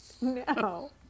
No